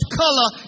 color